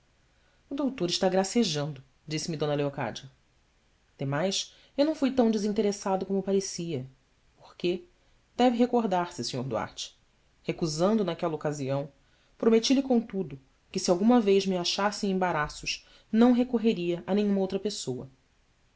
o doutor está gracejando disse-me eocádia emais eu não fui tão desinteressado como parecia porque deve recordar-se sr duarte recusando naquela ocasião prometi lhe contudo que se alguma vez me achasse em embaraços não recorreria a nenhuma outra pessoa